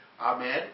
Amen